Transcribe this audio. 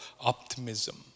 optimism